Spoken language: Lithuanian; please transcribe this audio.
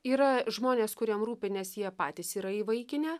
yra žmonės kuriem rūpi nes jie patys yra įvaikinę